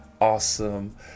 Awesome